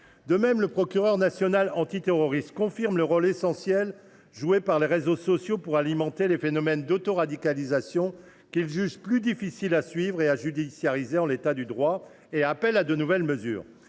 De même, le procureur national antiterroriste confirme le rôle essentiel joué par les réseaux sociaux pour alimenter les phénomènes d’autoradicalisation qu’il juge « plus difficiles à suivre et à judiciariser » en l’état du droit, et appelle à de nouvelles mesures.